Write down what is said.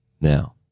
now